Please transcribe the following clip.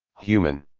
human.